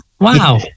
Wow